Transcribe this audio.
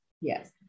Yes